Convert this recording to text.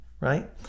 right